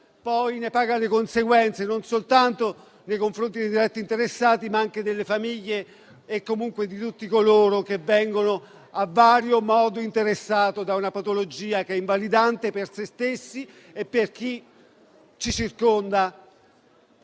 poi ne pagano le conseguenze, non soltanto con riferimento ai diretti interessati, ma anche alle famiglie e a tutti coloro che vengono in vario modo interessati da una patologia, che è invalidante per se stessi e per chi li circonda.